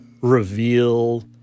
reveal